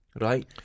Right